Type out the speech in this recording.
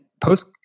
post